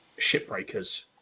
Shipbreakers